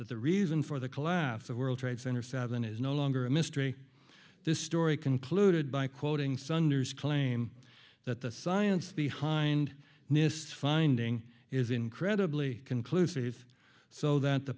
that the reason for the collapse of world trade center seven is no longer a mystery this story concluded by quoting sunders claim that the science behind this finding is incredibly conclusive so that the